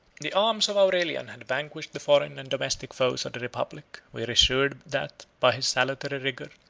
the arms of aurelian had vanquished the foreign and domestic foes of the republic. we are assured, that, by his salutary rigor,